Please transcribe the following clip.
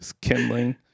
Kindling